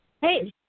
Hey